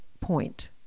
point